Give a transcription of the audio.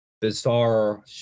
bizarre